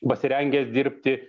pasirengęs dirbti